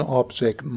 object